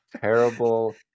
terrible